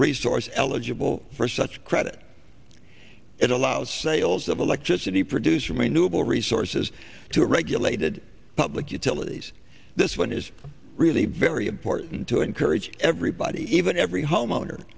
resource eligible for such credit it allows sales of electricity produce from a nubile resources to a regulated public utilities this one is really very porton to encourage everybody even every homeowner